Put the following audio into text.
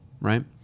right